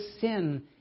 sin